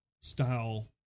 style